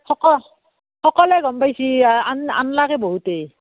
সক সকলোৱে গম পাইছে আ আন আনলাকে বহুতেই